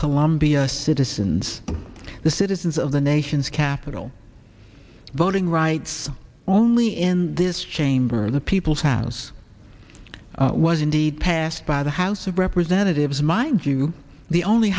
columbia citizens the citizens of the nation's capital voting rights only in this chamber the people's house was indeed passed by the house of representatives mind you the only